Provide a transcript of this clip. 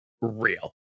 real